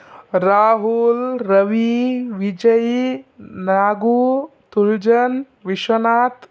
Rahul Ravi Vijay Nagu Tuljan Vishwanath